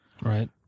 right